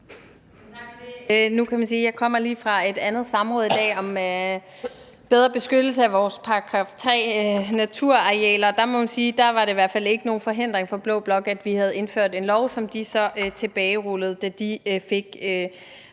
Nu kan man sige, at jeg lige kommer fra et andet samråd i dag om bedre beskyttelse af vores § 3-naturarealer, og at det i hvert fald ikke var nogen forhindring for blå blok, at vi havde indført en lov, som de så tilbagerullede, da de fik